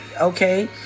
okay